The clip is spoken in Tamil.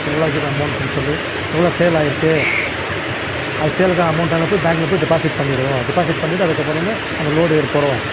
எவ்வளோருக்குது அமௌண்ட்டுனு சொல்லி எவ்வளோ சேல் ஆகிருக்கு அது சேலுக்கான அமௌண்ட்டானு போயி பேங்க்கில் போய் டெப்பாசிட் பண்ணிடுவோம் டெப்பாசிட் பண்ணிட்டு அதுக்கப்புறம் வந்து நம்ம லோடு ஏற போகிறோம்